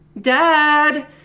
Dad